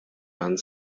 done